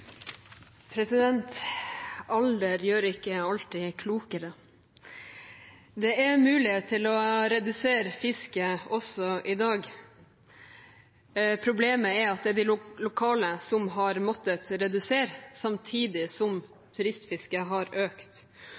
Alder gjør ikke alltid klokere. Det er muligheter for å redusere fisket også i dag. Problemet er at det er de lokale som har måttet redusere, samtidig som turistfisket har økt.